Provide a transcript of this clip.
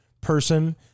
person